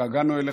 שהתגעגענו אליך,